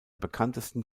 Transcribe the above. bekanntesten